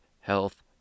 Health